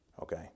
Okay